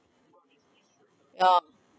ya